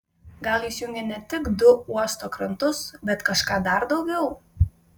gal jis jungė ne tik du uosto krantus bet kažką dar daugiau